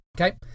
Okay